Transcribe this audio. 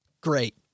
great